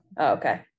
Okay